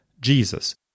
Jesus